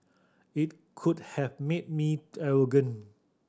it could have made me arrogant